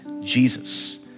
Jesus